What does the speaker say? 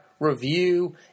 review